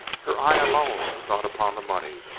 her eye alone was not upon the money,